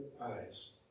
eyes